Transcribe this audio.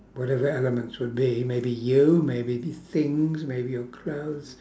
whatever elements would be maybe you maybe the things maybe your clothes